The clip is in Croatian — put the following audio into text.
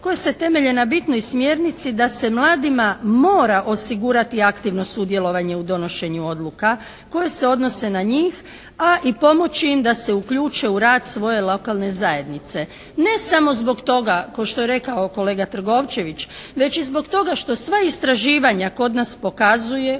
koji se temelje na bitnoj smjernici da se mladima mora osigurati aktivno sudjelovanje u donošenju odluka, koje se odnose na njih, a i pomoći im da se uključe u rad svoje lokalne zajednice. Ne samo zbog toga, kao što je rekao kolega Trgovčević, već i zbog toga što sva istraživanja kod nas pokazuju,